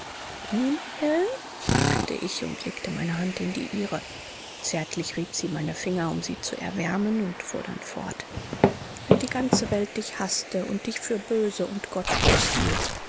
nun helen fragte ich und legte meine hand in die ihre zärtlich rieb sie meine finger um sie zu erwärmen und fuhr dann fort wenn die ganze welt dich haßte und dich für böse und gottlos hielt